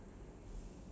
so ya